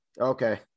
Okay